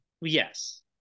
Yes